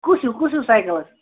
کُس ہیٛوٗ کُس ہیٛوٗ سایکل حظ